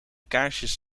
kaarsjes